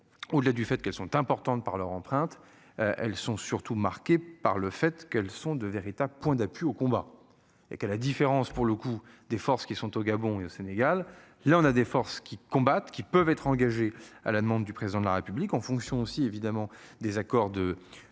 Au-delà du fait qu'elles sont importantes par leur empreinte. Elles sont surtout marquées par le fait qu'elles sont de véritables points d'appui au combat et qu'à la différence pour le coup des forces qui sont au Gabon et au Sénégal, là on a des forces qui combattent qui peuvent être engagés à la demande du président de la République, en fonction aussi évidemment des accords de